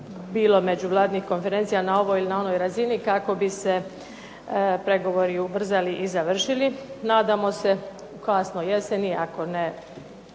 bilo međuvladinih konferencija na ovoj ili onoj razini kako bi se pregovori ubrzali i završili. Nadamo se u kasnoj jeseni ako ne